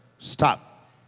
Stop